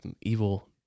evil